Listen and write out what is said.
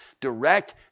direct